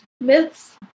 Myths